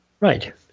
Right